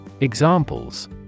Examples